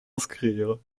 inscrire